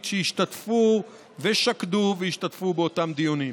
שהשתתפו ושקדו והשתתפו באותם דיונים.